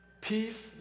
Peace